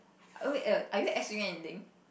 wait wait are you actually doing anything